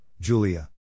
Julia